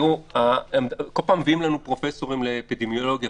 כל פעם מביאים לנו פרופסורים לאפידמיולוגיה